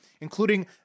including